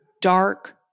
dark